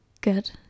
good